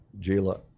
Gila